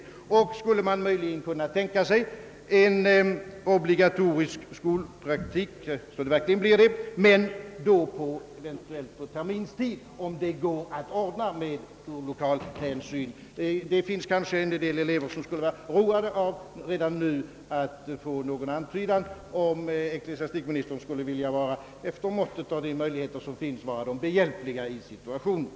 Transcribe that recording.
Och skulle man dessutom kunna tänka sig en obligatorisk skolpraktik men då eventuellt på terminstid, om det går att ordna lokaler härför? En del elever skulle säkerligen vara tacksamma för att redan nu få en antydan om huruvida ecklesiastikministern med de möjligheter som står till buds vill vara dem behjälplig i denna situation.